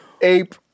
ape